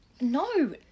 No